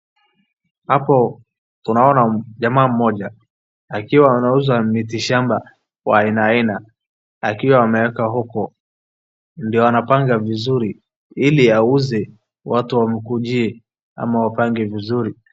Hapo tunaoana jamaa mmoja akiwa anauza miti shamba wa aina aina akiwa ameweka huko. Ndiyo anapanga vizuri ili auze watu wamkujie ama wapange vizuri.